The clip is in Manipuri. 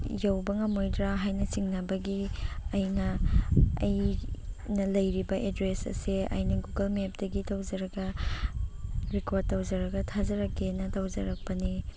ꯌꯧꯕ ꯉꯝꯃꯣꯏꯗ꯭ꯔꯥ ꯍꯥꯏꯅ ꯆꯤꯡꯅꯕꯒꯤ ꯑꯩꯅ ꯑꯩꯅ ꯂꯩꯔꯤꯕ ꯑꯦꯗ꯭ꯔꯦꯁ ꯑꯁꯦ ꯑꯩꯅ ꯒꯨꯒꯜ ꯃꯦꯞꯇꯒꯤ ꯇꯧꯖꯔꯒ ꯔꯦꯀꯣꯔꯠ ꯇꯧꯔꯒ ꯊꯥꯖꯔꯛꯀꯦꯅ ꯇꯧꯖꯔꯛꯄꯅꯦ